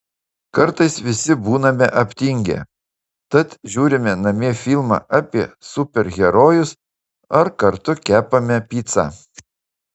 kartais visi būname aptingę tad žiūrime namie filmą apie super herojus ar kartu kepame picą